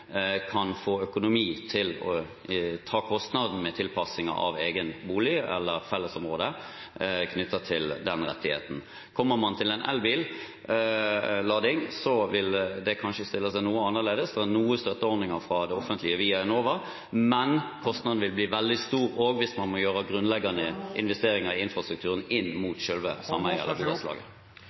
kan få økonomi til å kunne ta kostnaden med tilpassing av egen bolig eller et fellesområde knyttet til den rettigheten. Når det kommer til lading av elbil, vil det kanskje stille seg noe annerledes. Det er noen støtteordninger fra det offentlige via Enova, men kostnaden vil bli veldig stor hvis man også må gjøre grunnleggende investeringer i infrastrukturen inn mot